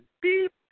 Beep